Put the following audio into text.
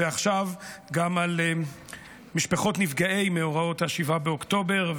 ועכשיו גם על משפחות נפגעי מאורעות 7 באוקטובר,